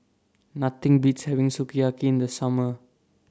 Nothing Beats having Sukiyaki in The Summer